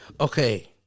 Okay